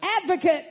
Advocate